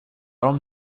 dem